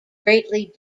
greatly